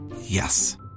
Yes